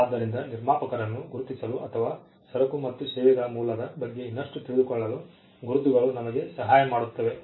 ಆದ್ದರಿಂದ ನಿರ್ಮಾಪಕರನ್ನು ಗುರುತಿಸಲು ಅಥವಾ ಸರಕು ಮತ್ತು ಸೇವೆಗಳ ಮೂಲದ ಬಗ್ಗೆ ಇನ್ನಷ್ಟು ತಿಳಿದುಕೊಳ್ಳಲು ಗುರುತುಗಳು ನಮಗೆ ಸಹಾಯ ಮಾಡುತ್ತವೆ